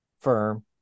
firm